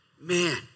Man